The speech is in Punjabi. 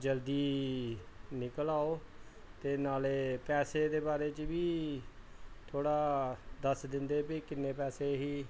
ਜਲਦੀ ਨਿਕਲ ਆਓ ਅਤੇ ਨਾਲੇ ਪੈਸੇ ਦੇ ਬਾਰੇ 'ਚ ਵੀ ਥੋੜ੍ਹਾ ਦੱਸ ਦਿੰਦੇ ਬਈ ਕਿੰਨੇ ਪੈਸੇ ਸੀ